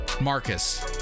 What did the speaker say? Marcus